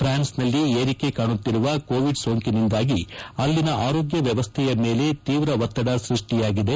ಪ್ರಾನ್ಸನಲ್ಲಿ ಏರಿಕೆ ಕಾಣುತ್ತಿರುವ ಕೋವಿಡ್ ಸೋಂಕಿನಿಂದಾಗಿ ಅಲ್ಲಿನ ಆರೋಗ್ಯ ವ್ಯವಸ್ಥೆಯ ಮೇಲೆ ತೀವ್ರ ಒತ್ತಡ ಸೃಷ್ಟಿಯಾಗಿದೆ